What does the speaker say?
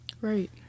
Right